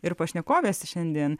ir pašnekovės šiandien